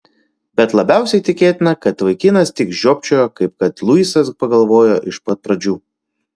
bet labiausiai tikėtina kad vaikinas tik žiopčiojo kaip kad luisas pagalvojo iš pat pradžių